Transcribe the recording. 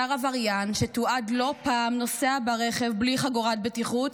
שר עבריין שתועד לא פעם נוסע ברכב בלי חגורת בטיחות,